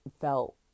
felt